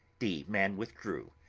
the man withdrew,